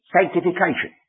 sanctification